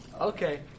Okay